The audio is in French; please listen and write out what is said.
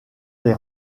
les